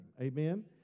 amen